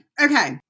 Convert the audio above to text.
okay